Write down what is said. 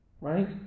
Right